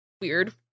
weird